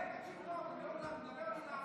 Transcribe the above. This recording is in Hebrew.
אתם נגד, נגד,